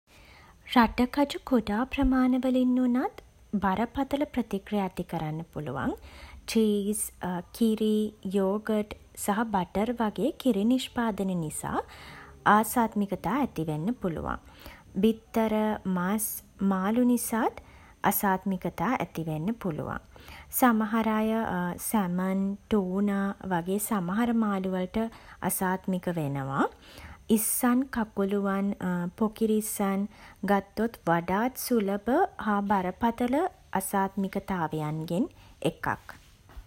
රටකජු, කුඩා ප්‍රමාණවලින් වුණත් බරපතල ප්‍රතික්‍රියා ඇති කරන්න පුළුවන්. චීස්, කිරි, යෝගට් සහ බටර් වගේ කිරි නිෂ්පාදන නිසා ආසාත්මිකතා ඇති වෙන්න පුළුවන්. බිත්තර, මස්, මාළු නිසාත් අසාත්මිකතා ඇති වෙන්න පුළුවන්. සමහර අය සැමන්, ටූනා වගේ සමහර මාළු වලට අසාත්මික වෙනවා. ඉස්සන්, කකුළුවන්, පොකිරිස්සන් ගත්තොත් වඩාත් සුලභ හා බරපතල අසාත්මිකතාවයන්ගෙන් එකක්.